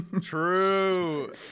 True